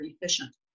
efficient